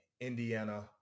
Indiana